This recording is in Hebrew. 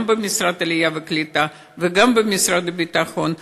גם במשרד העלייה והקליטה וגם במשרד הביטחון.